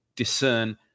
discern